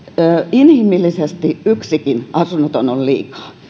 inhimillisesti yksikin asunnoton on liikaa